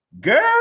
Girl